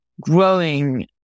growing